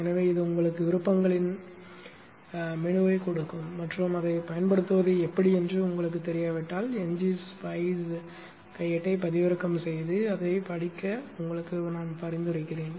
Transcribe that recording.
எனவே இது உங்களுக்கு விருப்பங்களின் மெனுவைக் கொடுக்கும் மற்றும் அதைப் பயன்படுத்துவது எப்படி என்று உங்களுக்குத் தெரியாவிட்டால் ngSpice கையேட்டை பதிவிறக்கம் செய்து அதைப் படிக்க பரிந்துரைக்கிறேன்